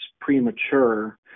premature